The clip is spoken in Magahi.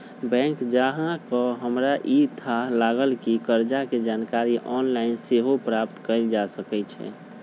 बैंक जा कऽ हमरा इ थाह लागल कि कर्जा के जानकारी ऑनलाइन सेहो प्राप्त कएल जा सकै छै